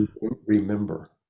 remember